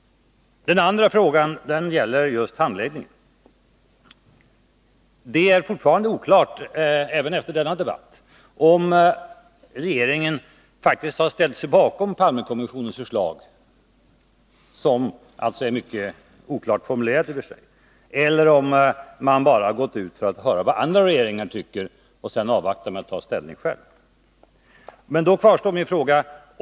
Den andra frågan gäller handläggningen. Det är fortfarande — även efter denna debatt — oklart om regeringen faktiskt har ställt sig bakom Palmekommissionens förslag — som i och för sig är mycket oklart formulerat — eller om man bara har gått ut för att pröva vad andra regeringar tycker och avvaktat med att ta ställning själv. Min fråga kvarstår.